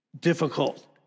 difficult